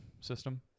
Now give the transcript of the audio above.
system